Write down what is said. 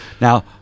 Now